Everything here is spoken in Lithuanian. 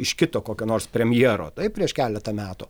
iš kito kokio nors premjero taip prieš keletą metų